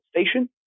station